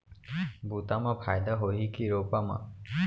बुता म फायदा होही की रोपा म?